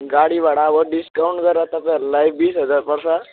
गाडी भाडा अब डिस्काउन्ट गरेर त तपाईँहरूलाई बिस हजार पर्छ